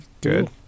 Good